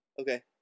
Okay